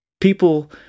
people